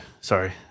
Sorry